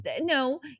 no